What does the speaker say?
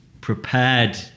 prepared